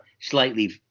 slightly